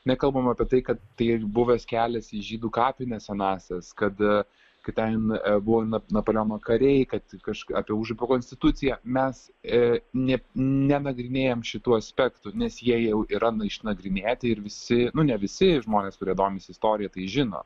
nekalbam apie tai kad tai buvęs kelias į žydų kapines senąsias kad kai ten buvo nap napoleono kariai kad kažką apie užupio konstituciją mes a nė nenagrinėjam šituo aspektu nes jie jau yra išnagrinėti ir visi nu ne visi žmonės kurie domisi istorija tai žino